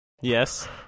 Yes